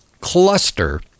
Cluster